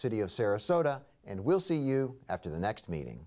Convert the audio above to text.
city of sarasota and we'll see you after the next meeting